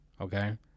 Okay